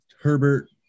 herbert